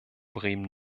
bremen